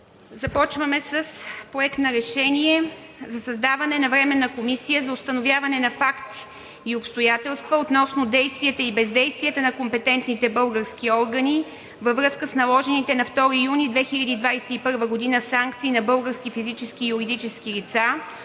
на решение: „Проект! РЕШЕНИЕ за създаване на Временна комисия за установяване на факти и обстоятелства относно действията и бездействията на компетентните български органи във връзка наложените на 2 юни 2021 г. санкции на български физически и юридически лица